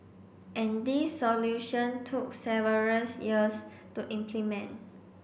and this solution took severals years to implement